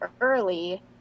early